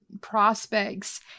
prospects